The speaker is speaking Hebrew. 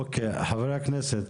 חברי הכנסת,